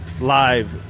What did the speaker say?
live